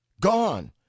Gone